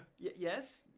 yeah yes,